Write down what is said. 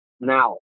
now